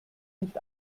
nicht